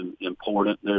important